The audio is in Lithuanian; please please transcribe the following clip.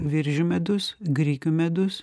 viržių medus grikių medus